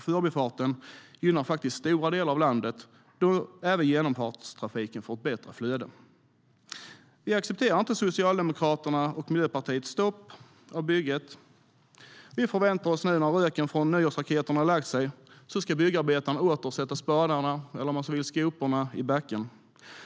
Förbifarten gynnar faktiskt stora delar av landet, då även genomfartstrafiken får ett bättre flöde. Vi accepterar inte Socialdemokraternas och Miljöpartiets stopp av bygget. Vi får vänta och se. När röken från nyårsraketerna har lagt sig ska byggarbetarna åter sätta spadarna - eller skoporna, om man så vill - i backen.